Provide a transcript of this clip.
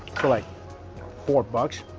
for like four bucks.